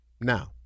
Now